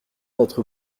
d’être